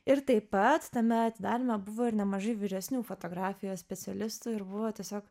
ir taip pat tame atidaryme buvo ir nemažai vyresnių fotografijos specialistų ir buvo tiesiog